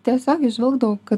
tiesiog įžvelgdavau kad